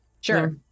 sure